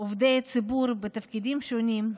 עובדי ציבור בתפקידים שונים.